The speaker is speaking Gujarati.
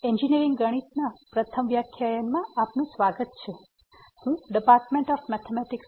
એન્જિનિયરિંગ ગણિત વિષયના પ્રથમ વ્યાખ્યાનમાં આપનું સ્વાગત છે હું જીતેન્દ્ર કુમાર છું ડીપાર્ટમેન્ટ ઓફ મેથેમેટિક્સ